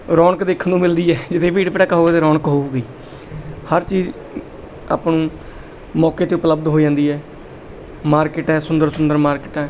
ਰੌਣਕ ਦੇਖਣ ਨੂੰ ਮਿਲਦੀ ਹੈ ਜਿੱਥੇ ਭੀੜ ਭੜੱਕਾ ਹੋਵੇ ਉੱਥੇ ਰੌਣਕ ਹੋਵੇਗੀ ਹਰ ਚੀਜ਼ ਆਪਾਂ ਨੂੰ ਮੌਕੇ 'ਤੇ ਉਪਲਬਧ ਹੋ ਜਾਂਦੀ ਹੈ ਮਾਰਕੀਟ ਹੈ ਸੁੰਦਰ ਸੁੰਦਰ ਮਾਰਕੀਟਾਂ